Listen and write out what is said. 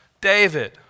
David